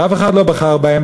שאף אחד לא בחר בהם,